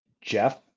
Jeff